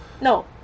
no